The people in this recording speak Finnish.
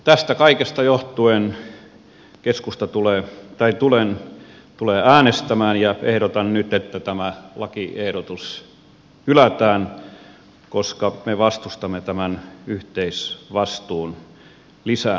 tästä kaikesta johtuen keskusta tulee tai tulen äänestämään ja ehdotan nyt että tämä lakiehdotus hylätään koska me vastustamme tämän yhteisvastuun lisäämistä